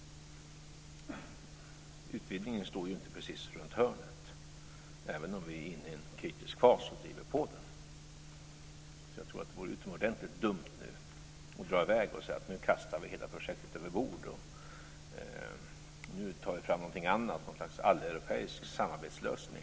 Utvidgningen står ju inte precis runt hörnet, även om vi är inne i en kritisk fas och driver på den. Jag tror alltså att det vore utomordentligt dumt att nu dra i väg och säga: Nu kastar vi hela projektet överbord och tar fram någonting annat - något slags alleuropeisk samarbetslösning.